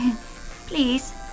please